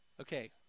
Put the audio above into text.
okay